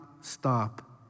stop